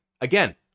Again